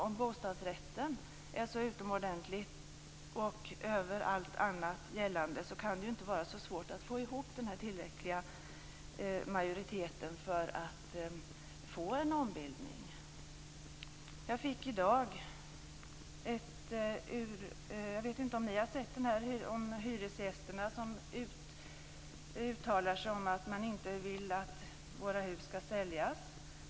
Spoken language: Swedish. Om bostadsrätten är så utomordentlig och över allt annat gällande kan det inte vara så svårt att få ihop en tillräcklig majoritet för en ombildning. undersökning i Aftonbladet. Det var hyresgäster som uttalade sig om att de inte ville att deras hus skulle säljas.